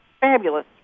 fabulous